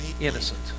innocent